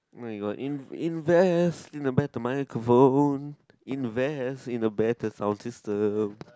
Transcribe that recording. oh my god in invest in a microphone invest in a better sound system